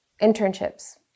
internships